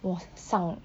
我上